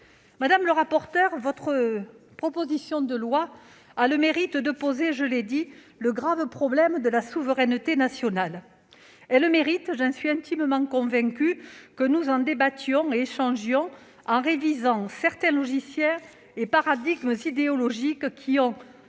Madame la rapporteure, votre proposition de loi a le mérite, je l'ai dit, de poser le grave problème de la souveraineté sanitaire. Elle mérite, j'en suis intimement convaincue, que nous en débattions et échangions en révisant certains logiciels et paradigmes idéologiques qui ont